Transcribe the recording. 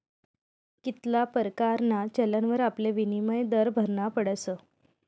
कित्ला परकारना चलनवर आपले विनिमय दर भरना पडस